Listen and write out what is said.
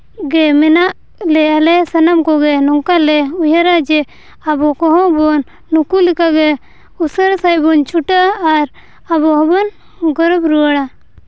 ᱜᱮ ᱢᱮᱱᱟᱜ ᱞᱮ ᱟᱞᱮ ᱥᱟᱱᱟᱢ ᱠᱚᱜᱮ ᱱᱚᱝᱠᱟ ᱞᱮ ᱩᱭᱦᱟᱹᱨᱟ ᱡᱮ ᱟᱵᱚ ᱠᱚᱦᱚᱸ ᱵᱚᱱ ᱱᱩᱠᱩ ᱞᱮᱠᱟᱜᱮ ᱩᱥᱟᱹᱨᱟ ᱥᱟᱺᱦᱤᱡ ᱵᱚᱱ ᱪᱷᱩᱴᱟᱹᱜᱼᱟ ᱟᱨ ᱟᱵᱚ ᱦᱚᱸᱵᱚᱱ ᱜᱚᱨᱚᱵᱽ ᱨᱩᱣᱟᱹᱲᱟ